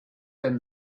than